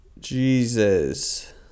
Jesus